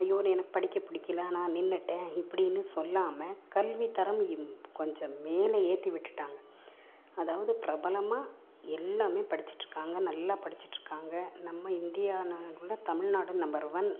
ஐயோ நோ எனக்கு படிக்க புடிக்கல நான் நின்னுவிட்டேன் இப்படினு சொல்லாமல் கல்வி தரம் இம் கொஞ்சம் மேலே ஏற்றி விட்டுவிட்டாங்க அதாவது பிரபலமாக எல்லாமே படிச்சிட்டுருக்காங்க நல்லா படிச்சிட்டுருக்காங்க நம்ம இந்தியா நாங்குள்ள தமிழ்நாடும் நம்பர் ஒன்